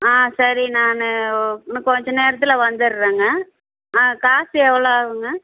ஆ சரி நான் இன்னும் கொஞ்சம் நேரத்தில் வந்துடுறேங்க ஆ காசு எவ்வளோ ஆகுங்க